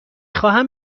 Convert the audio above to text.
خواهم